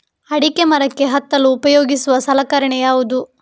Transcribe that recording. ಅಡಿಕೆ ಮರಕ್ಕೆ ಹತ್ತಲು ಉಪಯೋಗಿಸುವ ಸಲಕರಣೆ ಯಾವುದು?